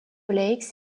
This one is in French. lakes